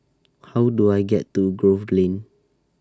How Do I get to Grove Lane